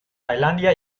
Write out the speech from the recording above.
tailandia